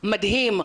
מדהים,